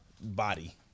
body